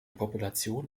population